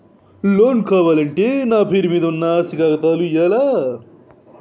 Loan కావాలంటే నా పేరు మీద ఉన్న ఆస్తి కాగితాలు ఇయ్యాలా?